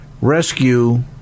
rescue